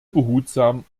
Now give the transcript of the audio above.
behutsam